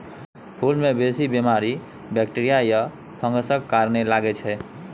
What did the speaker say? फुल मे बेसी बीमारी बैक्टीरिया या फंगसक कारणेँ लगै छै